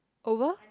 over